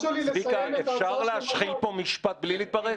אפשר להשחיל פה משפט בלי להתפרץ?